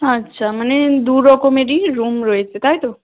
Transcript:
আচ্ছা মানে দু রকমেরই রুম রয়েছে তাই তো